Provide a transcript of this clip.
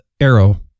Arrow